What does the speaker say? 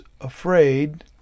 afraid